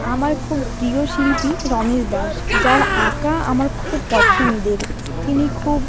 আমার খুব প্রিয় শিল্পী রমেশ দাস যার আঁকা আমার খুব পছন্দের তিনি খুব